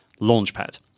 launchpad